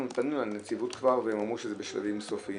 אנחנו פנינו לנציבות כבר והם אמרו שזה בשלבים סופיים,